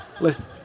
Listen